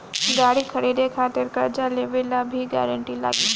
गाड़ी खरीदे खातिर कर्जा लेवे ला भी गारंटी लागी का?